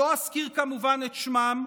לא אזכיר כמובן את שמן.